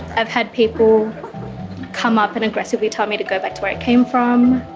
i've had people come up and aggressively tell me to go back to where i came from,